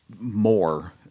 more